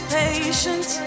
patience